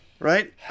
Right